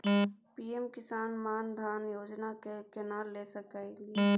PM Kisan Maan Dhan योजना के केना ले सकलिए?